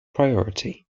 priority